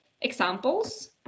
examples